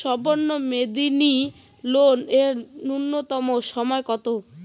স্বল্প মেয়াদী লোন এর নূন্যতম সময় কতো?